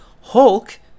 Hulk